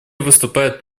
выступает